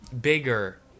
Bigger